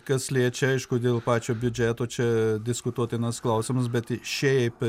kas liečia aišku dėl pačio biudžeto čia diskutuotinas klausimas bet šiaip